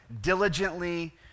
diligently